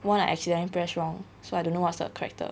one I accidentally pressed wrong so I don't know what's the character